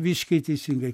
visiškai teisingai